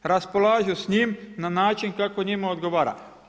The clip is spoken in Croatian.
Raspolažu s njim na način kako njima odgovara.